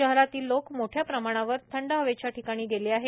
शहरातील लोक मोठ्या प्रमाणावर थंड हवेच्या ठिकाणी गेले आहेत